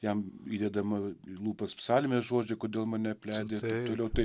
jam įdedama į lūpas psalmės žodžiai kodėl mane apleidai taip toliau tai